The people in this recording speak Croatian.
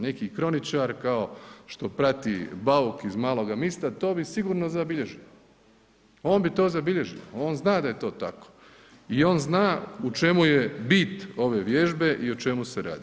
Neki kroničar kao što prati bauk iz Maloga mista to bi sigurno zabilježio, on bi to zabilježio, on zna da je to tako i on zna u čemu je bit ove vježbe i o čemu se radi.